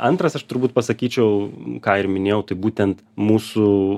antras aš turbūt pasakyčiau ką ir minėjau tai būtent mūsų